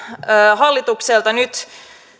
hallitukselta nyt